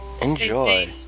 Enjoy